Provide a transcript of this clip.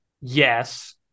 Yes